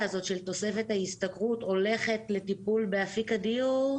הזו של תוספת ההשתכרות הולכת לטיפול באפיק הדיור,